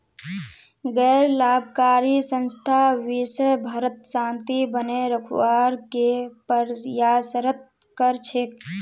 गैर लाभकारी संस्था विशव भरत शांति बनए रखवार के प्रयासरत कर छेक